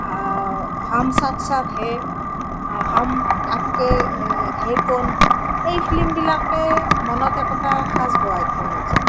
হাম সাথ সাথ হে হাম আপকে হে কৌন এই ফিল্মবিলাকে মনত একোটা সাঁচ বহুৱাই থৈ যায়